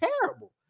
terrible